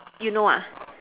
you know ah